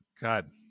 God